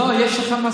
אוה.